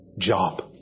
job